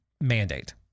mandate